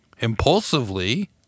impulsively